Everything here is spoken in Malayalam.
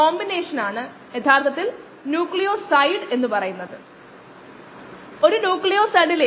അല്ലെങ്കിൽ ഇതിനെ കൾച്ചർ ഫ്ലൂറസെൻസ് എന്നും വിളിക്കുന്നു NADH ഫ്ലൂറസെൻസിലെ മാറ്റം